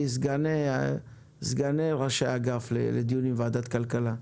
סגני ראשי אגף לדיונים בוועדת הכלכלה,